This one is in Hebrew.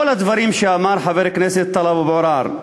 כל הדברים שאמר חבר הכנסת טלב אבו עראר,